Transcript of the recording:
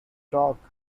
stock